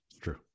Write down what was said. True